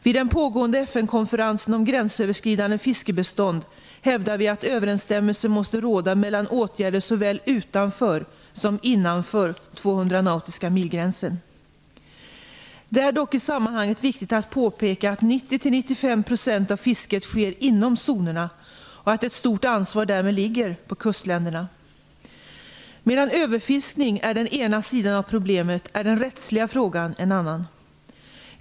Vid den pågående FN-konferensen om gränsöverskridande fiskebestånd hävdar vi att överensstämmelse måste råda mellan åtgärder såväl utanför som innanför gränsen för 200 nautiska mil. Det är dock i sammanhanget viktigt att påpeka att 90-95 % av fisket sker inom zonerna och att ett stort ansvar därmed ligger på kustländerna. Medan överfiskning är den ena sidan av problemet är den rättsliga frågan en annan.